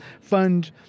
fund